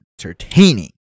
entertaining